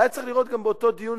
היה צריך לראות גם באותו דיון,